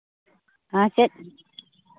ᱦᱮᱸ ᱪᱮᱫ